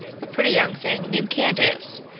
a pretty young thing named candace,